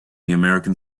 american